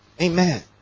Amen